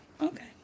Okay